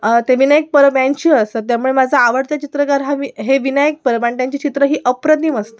ते विनायक परब यांची असतात त्यामुळे माझा आवडता चित्रकार हा हे विनायक परब आणि त्यांची चित्रे ही अप्रतिम असतात